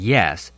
Yes